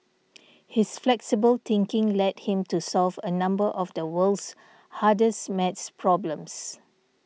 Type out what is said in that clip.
his flexible thinking led him to solve a number of the world's hardest math problems